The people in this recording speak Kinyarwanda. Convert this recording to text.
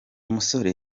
umusore